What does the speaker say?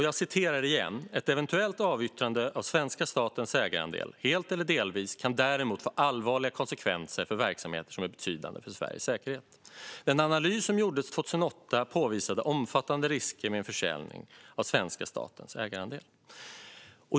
Jag citerar igen: "Ett eventuellt avyttrande av svenska statens ägarandel, helt eller delvis, kan däremot få allvarliga konsekvenser för verksamheter som är betydande för Sveriges säkerhet . Den analys som gjordes 2008 påvisade omfattande risker med en försäljning av svenska statens ägarandel."